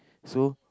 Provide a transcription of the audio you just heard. so